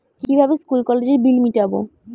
কিভাবে স্কুল কলেজের বিল মিটাব?